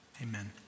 amen